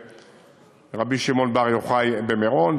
לקבר רבי שמעון בר יוחאי במירון.